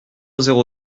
zéro